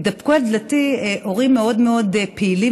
התדפקו על דלתי הורים מאוד מאוד פעילים